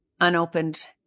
unopened